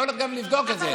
אני גם לא הולך לבדוק את זה.